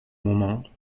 moments